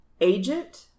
agent